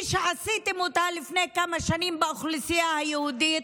שעשיתם אותה לפני כמה שנים באוכלוסייה היהודית,